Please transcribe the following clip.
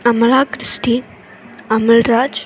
Amala Christy Amalraj